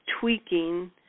tweaking